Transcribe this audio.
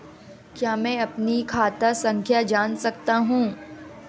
क्या मैं अपनी खाता संख्या जान सकता हूँ?